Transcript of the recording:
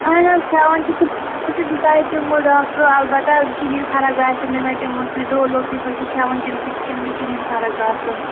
اَہَن حظ کھیٚوان چھِ سُہ پیٚرسٹِمال ڈاکٹرو البتہ کِہیٖنٛۍ فرٕق باسے نہٕ مےٚ تِمو سۭتۍ ڈولو تہِ چھَس بہٕ کھیٚوان تَمہِ سۭتۍ تہِ چھَنہٕ مےٚ کِہیٖنٛۍ فرٕق باسان